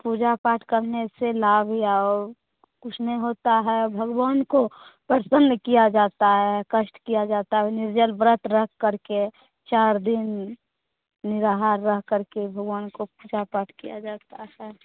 पूजा पाठ करने से लाभ या और कुछ नहीं होता है भगवान को प्रसन्न किया जाता है कष्ट किया जाता है उन्हें जल व्रत रख कर के चार दिन नीराहा कर के भगवान को साफ वाफ किया जाता है